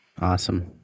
Awesome